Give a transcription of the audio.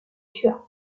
tua